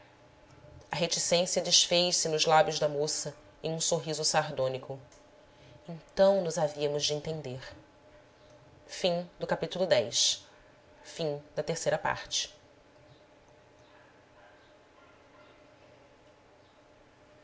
a reticência desfez-se nos lábios da moça em um sorriso sardônico então nos havíamos de entender resgate havia baile em